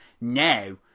Now